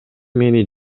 мени